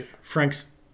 Frank's –